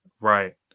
Right